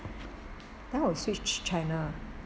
then will switch ch~ channel